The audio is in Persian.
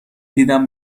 دیدم